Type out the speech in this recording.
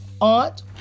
aunt